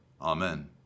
Amen